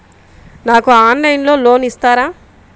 నాకు ఆన్లైన్లో లోన్ ఇస్తారా?